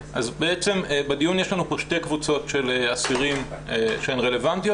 יש לנו כאן שתי קבוצות של אסירים שהן רלוונטיות,